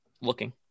Looking